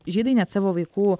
žydai net savo vaikų